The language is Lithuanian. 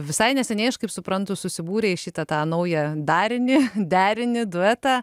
visai neseniai iš kaip suprantu susibūrė į šitą tą naują darinį derinį duetą